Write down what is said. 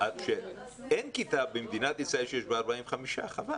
אין כיתה במדינה ישראל בה יש 45 תלמידים.